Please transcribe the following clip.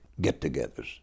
get-togethers